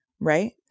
right